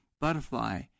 Butterfly